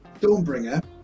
Dawnbringer